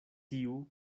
tiu